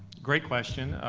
great question.